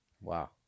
Wow